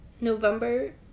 november